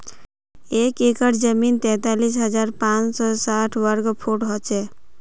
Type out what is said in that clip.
एक एकड़ जमीन तैंतालीस हजार पांच सौ साठ वर्ग फुट हो छे